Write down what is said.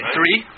Three